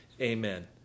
amen